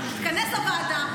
ויכנס את הוועדה,